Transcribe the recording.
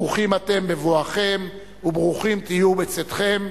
ברוכים אתם בבואכם וברוכים תהיו בצאתכם.